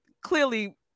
clearly